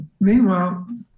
meanwhile